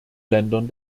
ländern